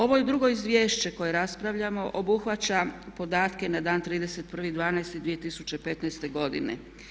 Ovo drugo izvješće koje raspravljamo obuhvaća podatke na dan 31.12.2015. godine.